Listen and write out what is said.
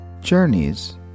Journeys